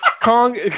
Kong